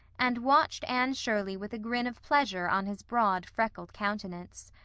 and watched anne shirley with a grin of pleasure on his broad, freckled countenance.